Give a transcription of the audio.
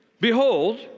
Behold